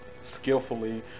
skillfully